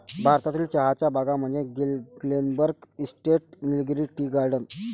भारतातील चहाच्या बागा म्हणजे Glenburn tea estate, Nilgiri tea garden